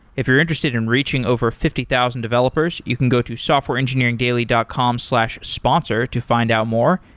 if you're interested in reaching over fifty thousand developers, you can go to softwareengineeringdaily dot com slash sponsor to find out more.